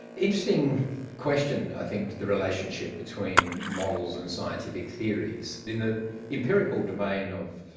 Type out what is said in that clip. interesting question, i think, the relationship between models and scientific theories. in the empirical domain of,